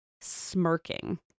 smirking